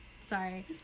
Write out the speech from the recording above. sorry